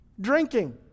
drinking